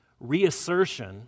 reassertion